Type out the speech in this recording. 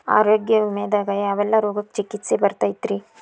ಆರೋಗ್ಯ ವಿಮೆದಾಗ ಯಾವೆಲ್ಲ ರೋಗಕ್ಕ ಚಿಕಿತ್ಸಿ ಬರ್ತೈತ್ರಿ?